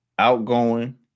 outgoing